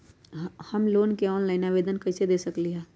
हम लोन के ऑनलाइन आवेदन कईसे दे सकलई ह?